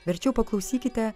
verčiau paklausykite